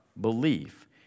belief